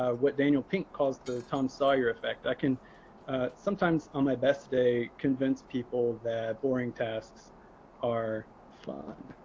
ah what daniel pink calls the tom sawyer effect. i can sometimes on my best day convince people that boring tasks are fun.